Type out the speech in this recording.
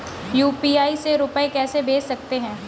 UPI से रुपया कैसे भेज सकते हैं?